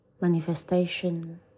manifestation